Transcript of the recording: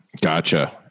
gotcha